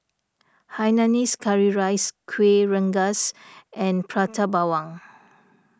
Hainanese Curry Rice Kueh Rengas and Prata Bawang